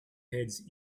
heads